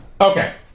Okay